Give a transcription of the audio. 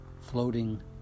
floating